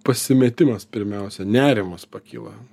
pasimetimas pirmiausia nerimas pakyla